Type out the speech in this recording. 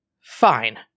Fine